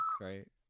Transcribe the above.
right